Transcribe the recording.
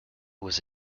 was